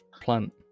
plant